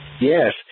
Yes